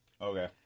Okay